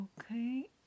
Okay